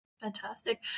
Fantastic